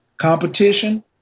competition